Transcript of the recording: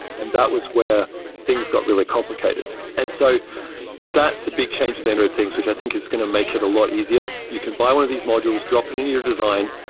and that was where things got really complicated and so that's a big change for the android things, which i think is going to make it a lot easier. you can buy one of these modules, drop it into your design,